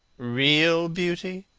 real beauty,